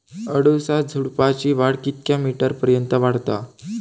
अडुळसा झुडूपाची वाढ कितक्या मीटर पर्यंत वाढता?